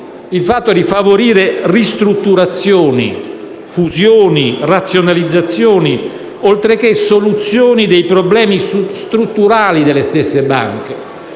in crisi, favorire ristrutturazioni, fusioni, razionalizzazioni, oltre che soluzioni dei problemi strutturali delle stesse banche.